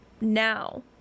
now